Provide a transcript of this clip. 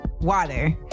water